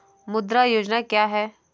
मुद्रा योजना क्या है?